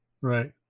right